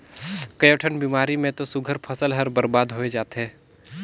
कयोठन बेमारी मे तो सुग्घर फसल हर बरबाद होय जाथे